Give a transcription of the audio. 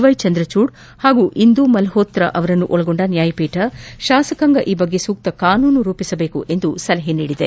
ವೈಚಂದ್ರಚೂಡ್ ಪಾಗೂ ಇಂದು ಮಲ್ಪಕ್ರೋ ಅವರನ್ನೊಳಗೊಂಡ ನ್ಯಾಯಪೀಠ ಶಾಸಕಾಂಗ ಈ ಬಗ್ಗೆ ಸೂಕ್ತ ಕಾನೂನು ರೂಪಿಸಬೇಕು ಎಂದು ಸಲಹೆ ಮಾಡಿದೆ